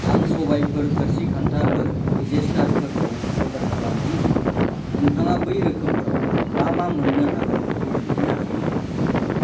आं सबायफोर थोरसि खान्थाफोर दिटारजेन्टफोरखौ अर्डार खालामनो लुबैदों नोंथाङा बै रोखोमफोराव मा मा मोननो हागोन बेखौ दिन्थिनो हागोन नामा